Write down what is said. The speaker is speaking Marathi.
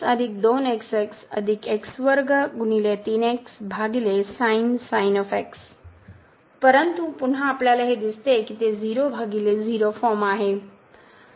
तर परंतु पुन्हा आपल्याला हे दिसते की ते 0 भागिले 0 फॉर्म आहे